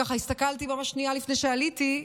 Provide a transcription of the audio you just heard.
הסתכלתי שנייה לפני שעליתי,